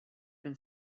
been